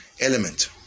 element